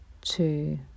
two